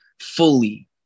fully